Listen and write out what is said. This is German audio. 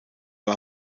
war